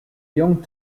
young